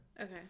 Okay